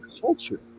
culture